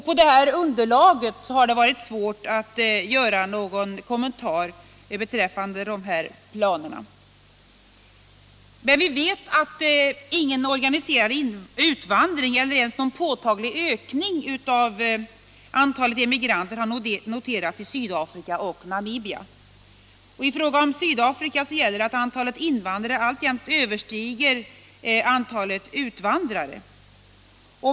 På detta underlag har det varit svårt att göra någon kommentar beträffande planerna. Däremot vet vi att ingen organiserad utvandring eller ens någon påtaglig ökning av antalet emigranter har noterats i Sydafrika och Namibia. I fråga om Sydafrika gäller att antalet invandrare alltjämt avsevärt överstiger antalet utvandrare.